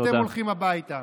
אתם הולכים הביתה.